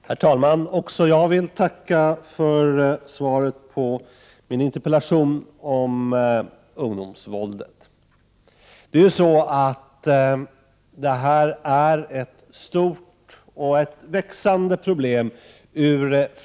Herr talman! Även jag vill tacka för svaret på interpellationerna om ungdomsvåldet. Det är ett ur flera aspekter stort och växande problem.